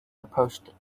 approached